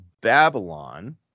Babylon